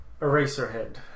Eraserhead